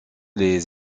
les